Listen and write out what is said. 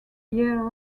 year